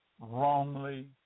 wrongly